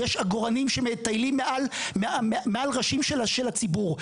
יש עגורנים שמטיילים מעל ראשים של הציבור.